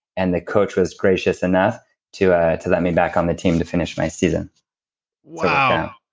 and the coach was gracious enough to ah to let me back on the team to finish my season wow.